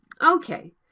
Okay